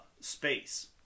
space